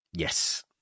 Yes